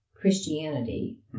Christianity